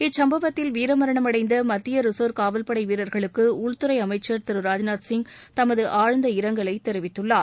இச்சும்பவத்தில் வீரமரணம் அடைந்த மத்திய ரிசர்வ் காவல் படை வீரர்களுக்கு உள்துறை அமைச்சர் திரு ராஜ்நாத்சிங் தனது ஆழந்த இரங்கல் தெரிவித்துள்ளார்